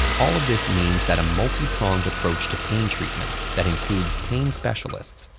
all of this means that a multi-pronged approach to pain treatment that includes pain specialists,